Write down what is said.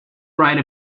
write